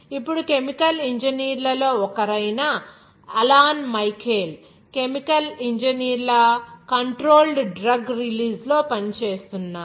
ఇప్పుడు కెమికల్ ఇంజనీర్లలో ఒకరైన అలాన్ మైఖేల్Alan Michael's కెమికల్ ఇంజనీర్ల కంట్రోల్డ్ డ్రగ్ రిలీజ్ లో పనిచేస్తున్నారు